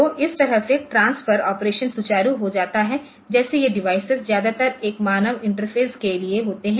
तो इस तरह से ट्रांसफर ऑपरेशन सुचारू हो जाता है जैसे ये डिवाइस ज्यादातर एक मानव इंटरफ़ेस के लिए होते हैं